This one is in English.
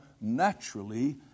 naturally